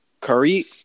Curry